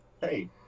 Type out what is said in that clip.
hey